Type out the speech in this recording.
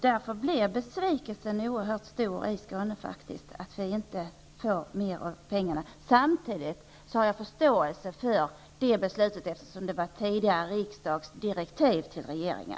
Därför blev besvikelsen oerhört stor i Skåne. Samtidigt har jag förståelse för detta beslut, eftersom det var den tidigare riksdagens direktiv till regeringen.